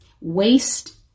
Waste